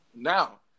Now